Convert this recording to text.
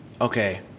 Okay